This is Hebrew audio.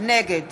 נגד